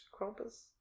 krampus